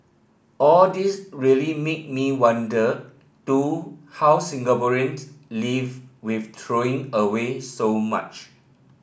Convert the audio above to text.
all this really made me wonder too how Singaporeans live with throwing away so much